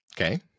okay